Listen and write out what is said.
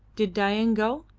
did dain go?